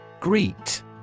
Greet